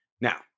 Now